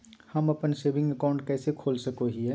हम अप्पन saving account कइसे खोल सको हियै?